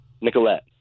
Nicolette